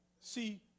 See